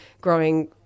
growing